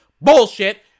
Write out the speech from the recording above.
bullshit